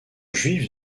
juive